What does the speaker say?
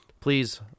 please